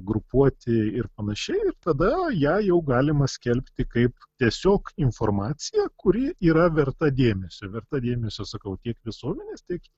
grupuoti ir panašiai ir tada ją jau galima skelbti kaip tiesiog informaciją kuri yra verta dėmesio verta dėmesio sakau tiek visuomenės tiek